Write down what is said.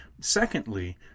Secondly